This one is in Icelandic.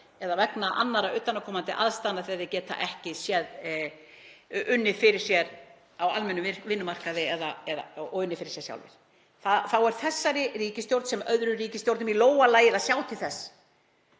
eða vegna annarra utanaðkomandi aðstæðna, unnið fyrir sér á almennum vinnumarkaði og unnið fyrir sér sjálfir. Þá er þessari ríkisstjórn sem öðrum ríkisstjórnum í lófa lagið að sjá til þess